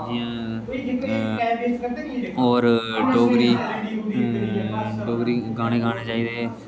जियां होर डोगरी डोगरी गाने गाने चाहिदे